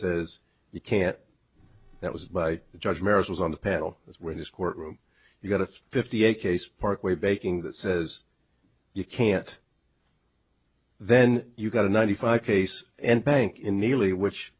says you can't that was by the judge maris was on the panel as we're in this courtroom you got a fifty eight case parkway baking that says you can't then you've got a ninety five case and bank in nearly which